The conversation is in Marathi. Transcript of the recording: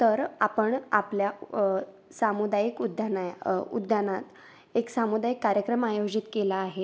तर आपण आपल्या सामुदायिक उद्यानात उद्यानात एक सामुदायिक कार्यक्रम आयोजित केला आहे